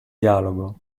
dialogo